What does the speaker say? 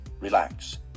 relax